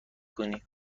کنی